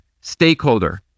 stakeholder